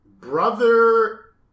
brother